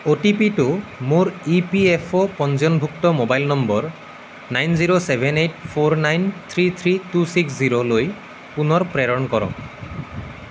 অ'টিপিটো মোৰ E P F O পঞ্জীয়নভুক্ত mobile number nine zero seven eight four nine three three two six জিৰ'লৈ পুনৰ প্ৰেৰণ কৰক